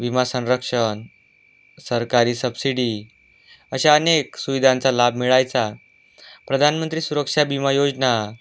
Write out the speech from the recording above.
विमा संरक्षण सरकारी सबसिडी अशा अनेक सुविधांचा लाभ मिळायचा प्रधानमंत्री सुरक्षा विमा योजना